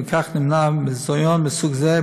וכך נמנע ביזיון מסוג זה,